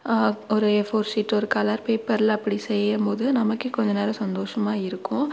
ஒரு A four sheet ஒரு colour பேப்பரில் அப்படி செய்யும்போது நமக்கே கொஞ்சம் நேரம் சந்தோஷமாக இருக்கும்